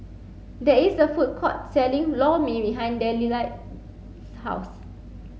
there is a food court selling Lor Mee behind Delila's house